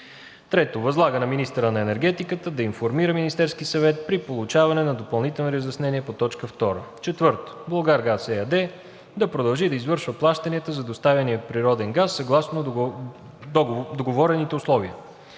им; 3. Възлага на министъра на енергетиката да информира Министерския съвет при получаване на допълнителни разяснения по т. 2; 4. „Булгаргаз“ ЕАД да продължи да извършва плащанията за доставяния природен газ съгласно договорените условия;